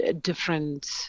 different